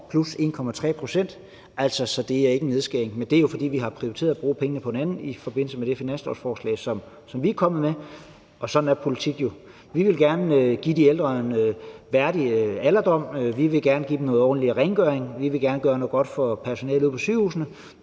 plus 1,3 pct. Så det er ikke en nedskæring, men det er jo, fordi vi har prioriteret at bruge pengene på noget andet i forbindelse med det finanslovsforslag, som vi er kommet med. Sådan er politik jo. Vi vil gerne give de ældre en værdig alderdom, vi vil gerne give dem noget ordentlig rengøring, vi vil gerne gøre noget godt for personalet ude på sygehusene,